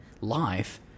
life